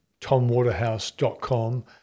tomwaterhouse.com